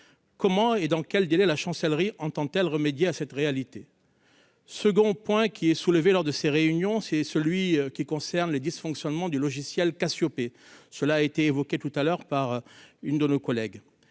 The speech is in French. comment et dans quel délai la chancellerie entend-elle remédier à cette réalité. Second point qui est soulevée lors de ces réunions, c'est celui qui concerne les dysfonctionnements du logiciel Cassiopée, cela a été évoqué tout à l'heure par une de nos collègue